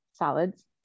salads